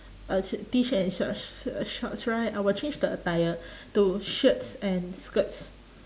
a sh~ t-shirt and shorts uh shorts right I will change the attire to shirts and skirts